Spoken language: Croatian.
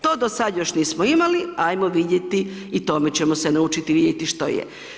To do sada još nismo imali, ajmo vidjeti i tome ćemo se naučiti vidjeti što je.